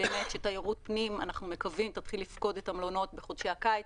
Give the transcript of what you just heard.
אנחנו מקווים שתיירות פנים תתחיל לפקוד את המלונות בחודשי הקיץ